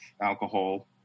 alcohol